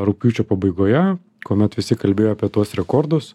rugpjūčio pabaigoje kuomet visi kalbėjo apie tuos rekordus